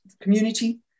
community